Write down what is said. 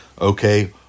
Okay